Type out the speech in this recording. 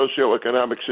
socioeconomic